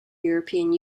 european